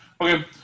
Okay